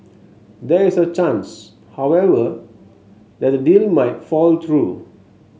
there is a chance however that the deal might fall through